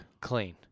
Clean